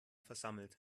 versammelt